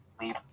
leave